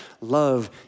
love